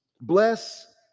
Bless